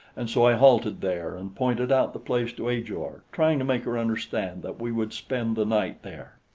and so i halted there and pointed out the place to ajor, trying to make her understand that we would spend the night there.